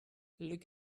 look